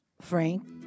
Frank